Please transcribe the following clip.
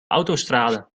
autostrade